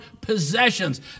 possessions